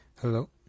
Hello